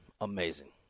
amazing